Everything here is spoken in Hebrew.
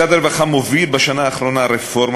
משרד הרווחה מוביל בשנה האחרונה רפורמה